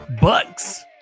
Bucks